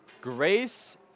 grace